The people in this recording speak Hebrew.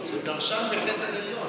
דרשן בחסד עליון.